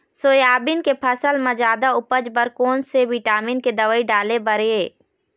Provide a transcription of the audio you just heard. Soybean के फसल म जादा उपज बर कोन से विटामिन के दवई डाले बर ये?